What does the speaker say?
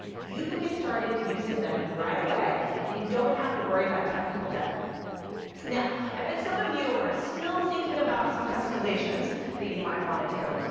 you can get started using them right away and you don't have to worry about technical debt now, i bet some of you are still thinking about some customizations that you might wanna do,